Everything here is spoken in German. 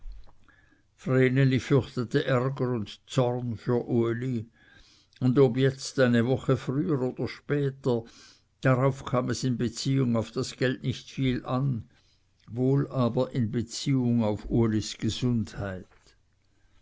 vreneli fürchtete ärger und zorn für uli und ob jetzt eine woche früher oder später darauf kam es in beziehung auf das geld nicht viel an wohl aber in beziehung auf ulis gesundheit